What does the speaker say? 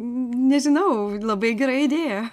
nežinau labai gera idėja